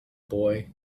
boy